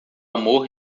amor